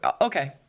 Okay